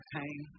pain